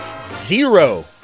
zero